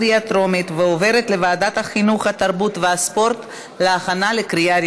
לוועדת החינוך, התרבות והספורט נתקבלה.